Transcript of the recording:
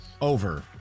Over